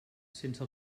sense